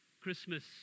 Christmas